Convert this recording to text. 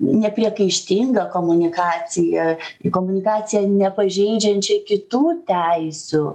nepriekaištingą komunikaciją į komunikaciją nepažeidžiančią kitų teisių